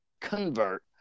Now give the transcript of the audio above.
convert